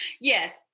yes